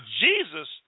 Jesus